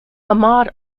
ahmad